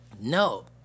No